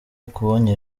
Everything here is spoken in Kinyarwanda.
akubonye